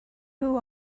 who